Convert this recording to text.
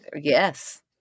Yes